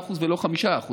3% ולא 5%